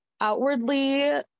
outwardly